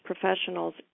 professionals